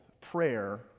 prayer